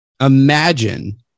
Imagine